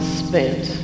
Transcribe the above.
spent